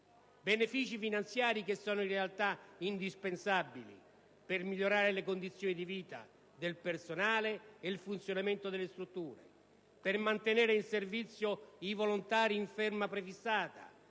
Benefici finanziari che sono in realtà indispensabili per migliorare le condizioni di vita del personale e il funzionamento delle strutture; per mantenere in servizio i volontari in ferma prefissata,